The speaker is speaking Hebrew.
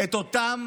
את אותם